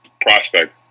prospect